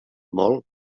molt